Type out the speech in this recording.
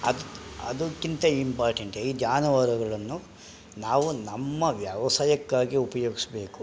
ಅದು ಅದಕ್ಕಿಂತ ಇಂಪಾರ್ಟೆಂಟ್ ಆಗಿ ಜಾನುವಾರುಗಳನ್ನು ನಾವು ನಮ್ಮ ವ್ಯವಸಾಯಕ್ಕಾಗಿ ಉಪಯೋಗಿಸ್ಬೇಕು